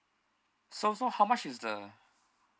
so so how much is the